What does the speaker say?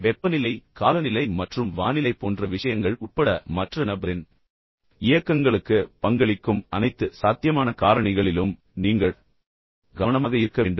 வெப்பநிலை காலநிலை மற்றும் வானிலை போன்ற விஷயங்கள் உட்பட மற்ற நபரின் இயக்கங்களுக்கு பங்களிக்கும் அனைத்து சாத்தியமான காரணிகளிலும் நீங்கள் கவனமாக இருக்க வேண்டும்